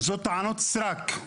זה טענות סרק.